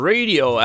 Radio